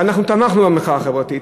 ואנחנו תמכנו במחאה החברתית,